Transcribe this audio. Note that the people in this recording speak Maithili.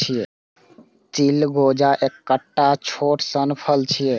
चिलगोजा एकटा छोट सन फल छियै